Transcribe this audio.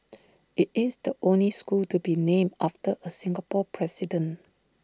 IT is the only school to be named after A Singapore president